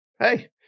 Hey